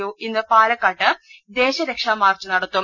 U ഇന്ന് പാലക്കാട്ട് ദേശരക്ഷാ മാർച്ച് ന ടത്തും